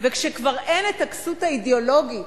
וכשכבר אין הכסות האידיאולוגית,